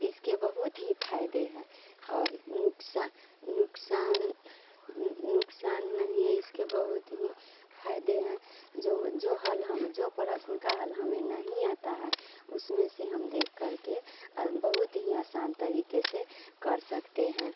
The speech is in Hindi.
इसके बहुत ही फायदे हैं और नुकसा नुकसान नुकसान नहीं है इसके बहुत ही फाइदे हैं जो जो हल हम जो परस्न का हल हमें नहीं आता है उसमें से हम देख करके बहुत ही आसान तरीके से कर सकते हैं